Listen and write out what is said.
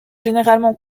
généralement